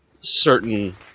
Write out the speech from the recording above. certain